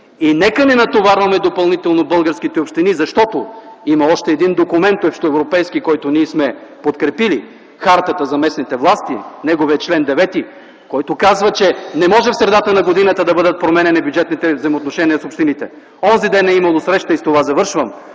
Нека не натоварваме допълнително българските общини, защото има още един общоевропейски документ, който ние сме подкрепили – Хартата за местните власти, неговият чл. 9, който казва, че не може в средата на годината да бъдат променяни бюджетните взаимоотношения с общините. Онзи ден е имало среща, и с това завършвам,